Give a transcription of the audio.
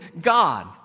God